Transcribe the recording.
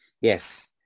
Yes